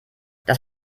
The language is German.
das